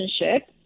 relationship